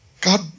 God